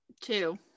Two